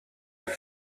and